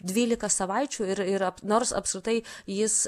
dvylika savaičių ir ir nors apskritai jis